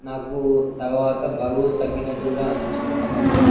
నాకు తర్వాత బరువు తగ్గినట్టు కూడా అనిపించింది క్రమంగా